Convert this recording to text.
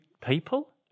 people